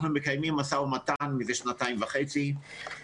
אנחנו מקיימים משא ומתן זה כשנתיים וחצי,